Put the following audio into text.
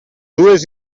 dues